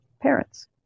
parents